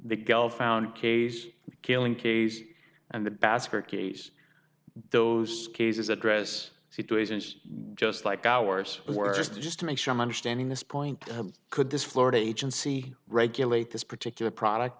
the gal found k s killing case and the basket case those cases address situations just like ours where just just to make sure i'm understanding this point could this florida agency regulate this particular product